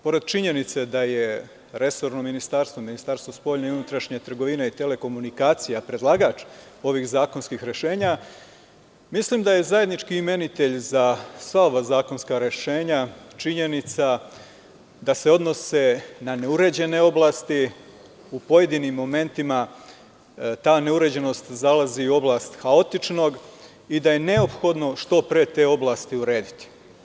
Pored činjenice da je resorno ministarstvo, odnosno Ministarstvo spoljne i unutrašnje trgovine i telekomunikacija predlagač ovih zakonskih rešenja, mislim da je zajednički imenitelj za sva ova zakonska rešenja, činjenica da se odnose na neuređene oblasti u pojedinim momentima ta uređenost zalazi u oblast haotičnog, i da je neophodno što pre te oblasti urediti.